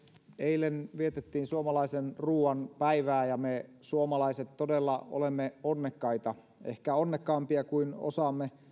eilen vietettiin suomalaisen ruoan päivää ja me suomalaiset todella olemme onnekkaita ehkä onnekkaampia kuin osaamme